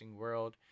world